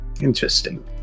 Interesting